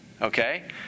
Okay